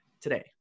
today